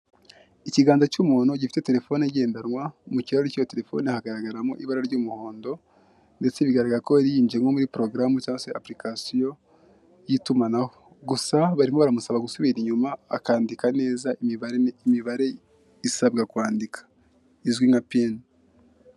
Ikiganza cy'umuntu gifite terefone igendanwa, mu kirrahuri cy'iyo terefoni hagaragaramo ibara ry'umuhondo, ndetse bigaragara ko yari yinjiye nko muri porogaramu cyangwa apurikasiyo y'itumanaho, gusa barimo baramusaba gusubira inyuma akandika neza imibare isabwa kwandika izwi nka "pin".